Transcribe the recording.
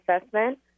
assessment